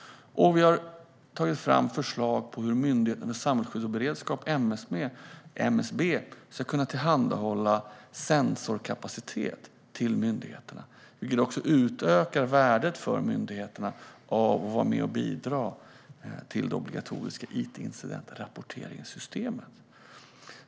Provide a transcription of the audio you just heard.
Vi har också tagit fram förslag till hur Myndigheten för samhällsskydd och beredskap, MSB, ska kunna tillhandahålla sensorkapacitet till myndigheterna. Det ökar också värdet för myndigheterna av att vara med och bidra till det obligatoriska it-incidentrapporteringssystemet.